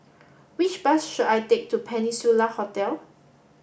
which bus should I take to Peninsula Hotel